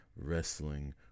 wrestling